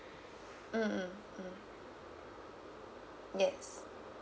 mm yes